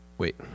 Wait